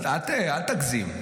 אל תגזים.